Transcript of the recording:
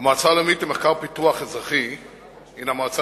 הלאומית למחקר ולפיתוח אזרחי היא מועצה